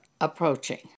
approaching